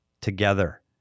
together